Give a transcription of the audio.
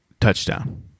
Touchdown